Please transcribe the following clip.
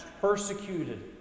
persecuted